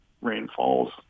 rainfalls